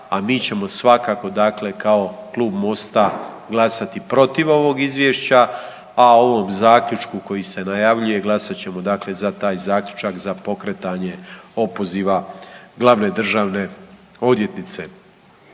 a mi ćemo svakako kao klub Mosta glasati protiv ovog izvješća, a o ovom zaključku koji se najavljuje glasat ćemo za taj zaključak za pokretanje opoziva glavne državne odvjetnice.